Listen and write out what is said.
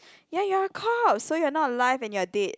ya ya you're a corpse so you are not alive and you are dead